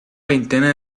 veintena